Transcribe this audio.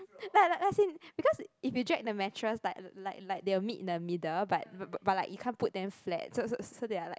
like like like as in because if you drag the mattress like like like they will meet in the middle but but like you can't put them flat so so so they are like